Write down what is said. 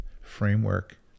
framework